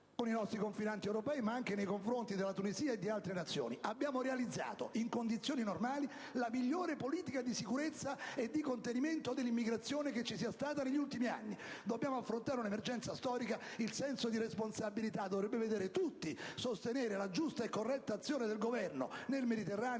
con i nostri confinanti europei, ma anche nei confronti della Tunisia e di altre Nazioni. Abbiamo realizzato in condizioni normali la migliore politica di sicurezza e di contenimento dell'immigrazione degli ultimi anni. Dobbiamo affrontare una emergenza storica: il senso di responsabilità dovrebbe vedere tutti sostenere la giusta e corretta azione del Governo nel Mediterraneo